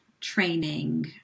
training